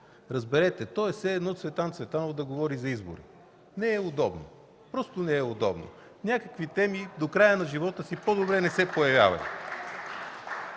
Разберете, то е все едно Цветан Цветанов да говори за избори! Не е удобно – просто не е удобно! По някакви теми до края на живота си по-добре не се появявайте.